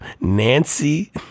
Nancy